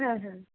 হ্যাঁ হ্যাঁ